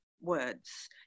words